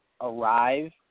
arrive